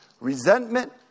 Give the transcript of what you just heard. resentment